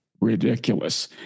ridiculous